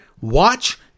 watch